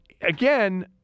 again